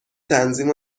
تنظیم